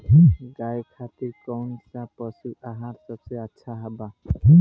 गाय खातिर कउन सा पशु आहार सबसे अच्छा बा?